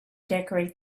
decorate